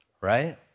right